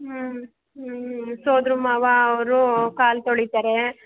ಹ್ಞೂ ಹ್ಞೂ ಸೋದ್ರ ಮಾವ ಅವರು ಕಾಲು ತೊಳೀತಾರೆ